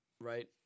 right